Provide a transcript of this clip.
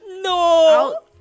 No